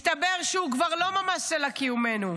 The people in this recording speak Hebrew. מסתבר שהוא כבר לא ממש סלע קיומנו.